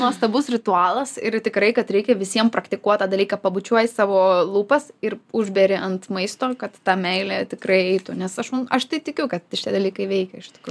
nuostabus ritualas ir tikrai kad reikia visiem praktikuot tą dalyką pabučiuoji savo lūpas ir užberi ant maisto kad ta meilė tikrai eitų nes aš manau aš tai tikiu kad šitie dalykai veikia iš tikro